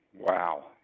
Wow